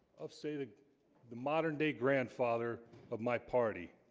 of saving the modern-day grandfather of my party